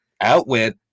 Outwit